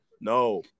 no